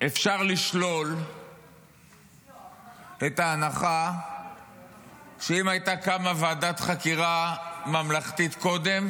שאפשר לשלול את ההנחה שאם הייתה קמה ועדת חקירה ממלכתית קודם,